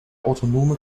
autonome